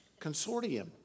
consortium